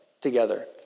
together